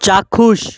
চাক্ষুষ